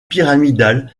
pyramidale